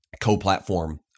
co-platform